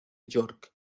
york